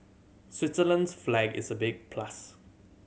Switzerland's flag is a big plus